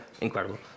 incredible